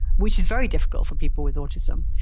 which is very difficult for people with autism.